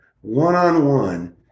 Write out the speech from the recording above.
one-on-one